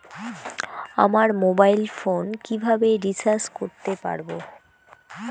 আমার mobile phone কিভাবে recharge করতে পারব?